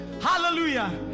Hallelujah